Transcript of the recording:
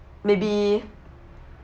maybe